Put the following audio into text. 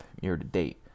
year-to-date